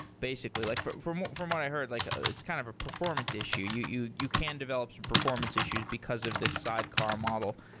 basically. like but from what from what i heard, like ah it's kind of a performance issue. you you can develop some performance issues because of this sidecar model.